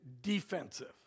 defensive